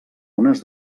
unes